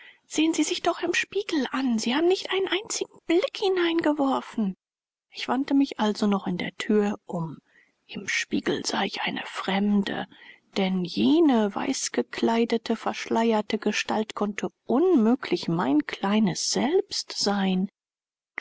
sehen sie sich doch im spiegel an sie haben nicht einen einzigen blick hineingeworfen ich wandte mich also noch in der thür um im spiegel sah ich eine fremde denn jene weißgekleidete verschleierte gestalt konnte unmöglich mein kleines selbst sein